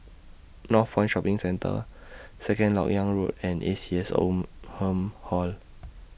Northpoint Shopping Centre Second Lok Yang Road and A C S Oldham Hall